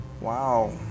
wow